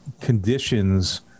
conditions